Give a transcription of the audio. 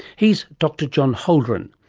he is dr john holdren,